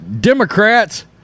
Democrats